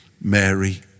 Mary